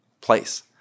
place